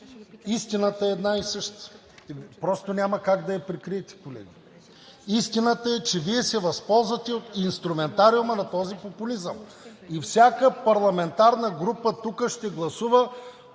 истината е една и съща – просто няма как да я прикриете, колеги. Истината е, че Вие се възползвате от инструментариума на този популизъм и всяка парламентарна група тук ще гласува